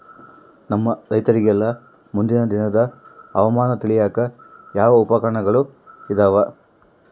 ನಮ್ಮ ರೈತರಿಗೆಲ್ಲಾ ಮುಂದಿನ ದಿನದ ಹವಾಮಾನ ತಿಳಿಯಾಕ ಯಾವ ಉಪಕರಣಗಳು ಇದಾವ?